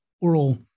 oral